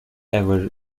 ever